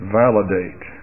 validate